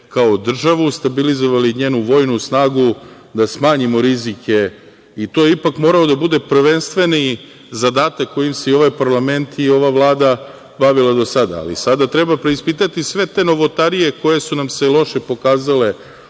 kao državu, stabilizovali njenu vojnu snagu da smanjimo rizike. To je ipak morao da bude prvenstveni zadatak kojim se i ovaj parlament i ova Vlada bavila do sada. Ali, sada treba preispitati sve te novotarije koje su nam se loše pokazale,